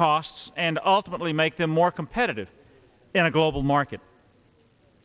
costs and ultimately make them more competitive in a global market